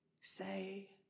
say